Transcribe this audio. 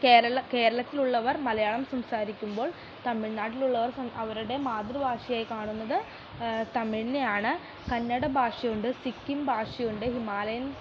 കേരളം കേരളത്തിലുള്ളവർ മലയാളം സംസാരിക്കുമ്പോൾ തമിഴ്നാട്ടിലുള്ളവർ അവരുടെ മാതൃഭാഷയായി കാണുന്നത് തമിഴിനെയാണ് കന്നഡ ഭാഷയുണ്ട് സിക്കിം ഭാഷയുണ്ട് ഹിമാലയൻ